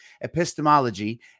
epistemology